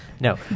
No